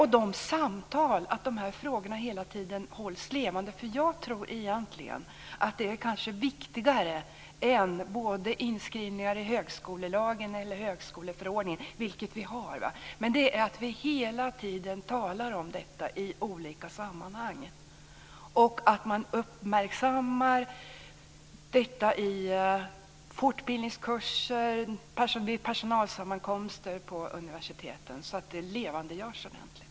Samtal är också viktigt, och att frågorna hela tiden hålls levande. Jag tror egentligen att det kanske är viktigare än både inskrivningar i högskolelagen och högskoleförordningen. Det har vi ju. Man måste hela tiden tala om detta i olika sammanhang. Man måste också uppmärksamma detta i fortbildningskurser och vid personalsammankomster på universiteten så att det levandegörs ordentligt.